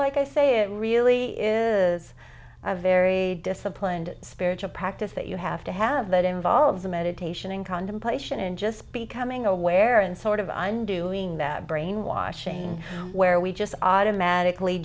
like i say it really is a very disciplined spiritual practice that you have to have that involves a meditation in contemplation and just becoming aware and sort of on doing that brainwashing where we just automatically